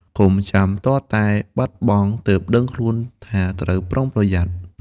កុំចាំទាល់តែបាត់បង់ ទើបដឹងខ្លួនថាត្រូវប្រុងប្រយ័ត្ន។